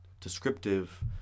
descriptive